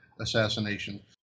assassination